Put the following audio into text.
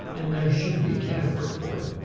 and there should be a category for it.